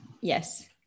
Yes